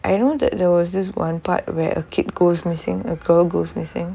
I know that there was this one part where a kid goes missing a girl goes missing